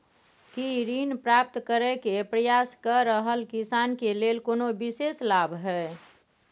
की ऋण प्राप्त करय के प्रयास कए रहल किसान के लेल कोनो विशेष लाभ हय?